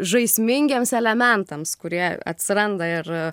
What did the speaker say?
žaismingiems elementams kurie atsiranda ir